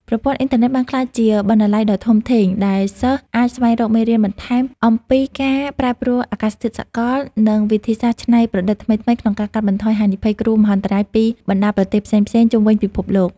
ប្រព័ន្ធអ៊ីនធឺណិតបានក្លាយជាបណ្ណាល័យដ៏ធំធេងដែលសិស្សអាចស្វែងរកមេរៀនបន្ថែមអំពីការប្រែប្រួលអាកាសធាតុសកល និងវិធីសាស្ត្រច្នៃប្រឌិតថ្មីៗក្នុងការកាត់បន្ថយហានិភ័យគ្រោះមហន្តរាយពីបណ្ដាប្រទេសផ្សេងៗជុំវិញពិភពលោក។